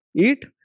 eat